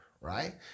right